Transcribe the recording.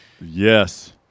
Yes